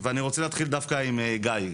ונתחיל עם גיא.